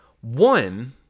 One